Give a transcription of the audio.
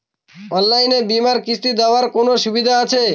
অনলাইনে বীমার কিস্তি দেওয়ার কোন সুবিধে আছে?